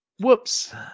Whoops